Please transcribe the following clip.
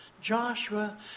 Joshua